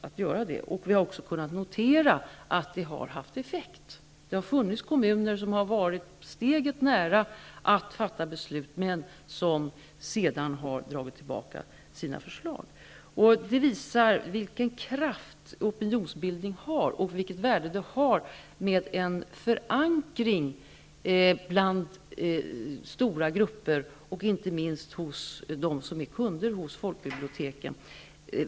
Vi har kunnat notera att det har haft effekt. Det finns kommuner som har varit steget ifrån att fatta beslut men som sedan har dragit tillbaka sina förslag. Det visar vilken kraft opinionsbildning har och vilket värde det har för verksamheten med en förankring hos stora grupper, inte minst hos dem som är kunder hos folkbiblioteken.